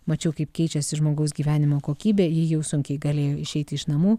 mačiau kaip keičiasi žmogaus gyvenimo kokybė ji jau sunkiai galėjo išeiti iš namų